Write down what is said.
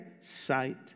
sight